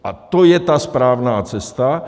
A to je ta správná cesta.